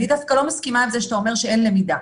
אני דווקא לא מסכימה עם זה שאתה אומר שאין למידה.